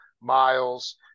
miles